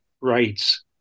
rights